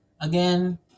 again